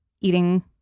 eating